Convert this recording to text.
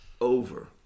Over